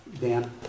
Dan